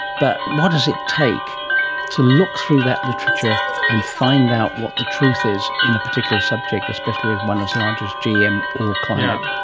but what does it take to look through that literature and find out what the truth is in a particular subject, especially one as large as gm or climate?